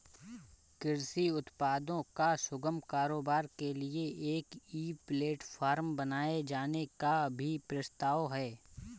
कृषि उत्पादों का सुगम कारोबार के लिए एक ई प्लेटफॉर्म बनाए जाने का भी प्रस्ताव है